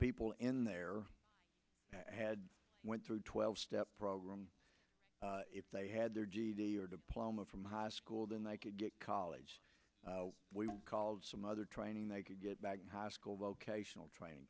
people in there had went through twelve step program if they had their ged or diploma from high school then they could get college we called some other training they could get back in high school vocational training